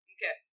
Okay